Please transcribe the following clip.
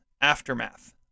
aftermath